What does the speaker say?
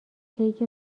کیک